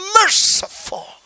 merciful